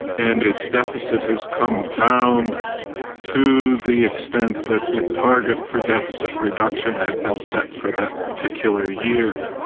and its deficit has come down to the extent that the target for deficit reduction had been set for that particular year.